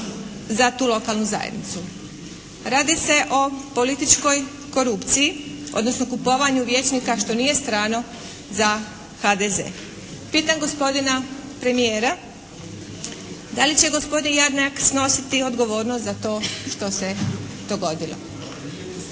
za tu lokalnu zajednicu. Radi se o političkoj korupciji, odnosno kupovanju vijećnika što nije strano za HDZ. Pitam gospodina premijera, da li će gospodin Jarnjak snositi odgovornost za to što se dogodilo?